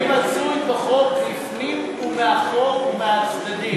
אני מצוי בחוק לפנים ומאחור ומהצדדים.